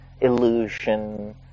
illusion